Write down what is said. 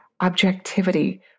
objectivity